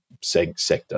sector